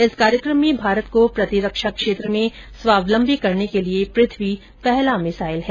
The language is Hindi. इस कार्यक्रम में भारत को प्रतिरक्षा क्षेत्र में स्वावलंबी करने के लिए पृथ्वी पहला मिसाइल है